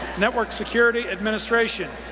network security administration,